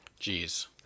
Jeez